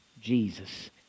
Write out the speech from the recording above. Jesus